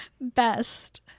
Best